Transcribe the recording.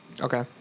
Okay